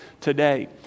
today